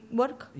work